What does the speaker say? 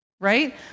right